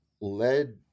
led